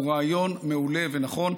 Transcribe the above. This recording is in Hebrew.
הוא רעיון מעולה ונכון.